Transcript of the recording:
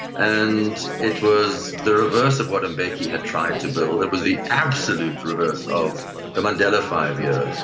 and it was the reverse of what mbeki had tried to build, it was the absolute reverse of the mandela five years.